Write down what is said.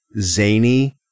zany